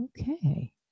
Okay